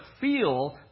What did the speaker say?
feel